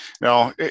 Now